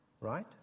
right